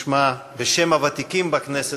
בשם הוותיקים בכנסת,